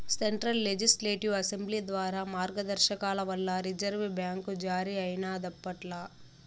central Legislative Assembly ద్వారా మార్గదర్శకాల వల్ల రిజర్వు బ్యాంక్ జారీ అయినాదప్పట్ల